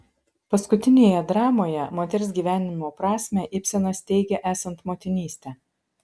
paskutinėje dramoje moters gyvenimo prasmę ibsenas teigia esant motinystę